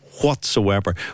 whatsoever